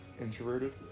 introverted